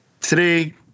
Today